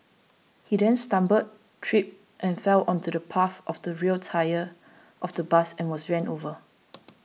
he then stumbled tripped and fell onto the path of the rear tyre of the bus and was run over